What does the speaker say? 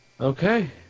Okay